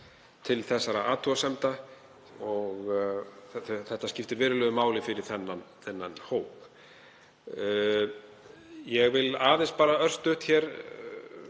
til þessara athugasemda. Þetta skiptir verulegu máli fyrir þennan hóp. Ég vil aðeins örstutt